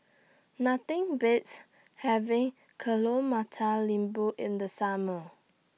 Nothing Beats having Telur Mata Lembu in The Summer